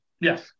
Yes